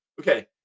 Okay